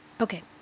Okay